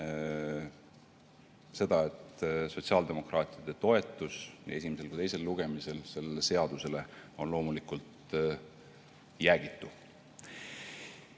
seda, et sotsiaaldemokraatide toetus nii esimesel kui ka teisel lugemisel sellele seadusele on loomulikult jäägitu.